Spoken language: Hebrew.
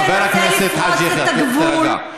חבר הכנסת חאג' יחיא, תירגע, תירגע.